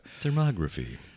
Thermography